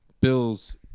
bills